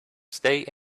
stay